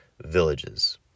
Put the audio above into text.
villages